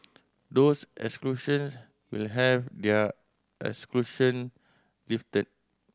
those exclusion will have their exclusion lifted